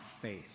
faith